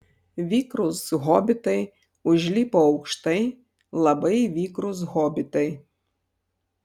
vikrūs hobitai užlipo aukštai labai vikrūs hobitai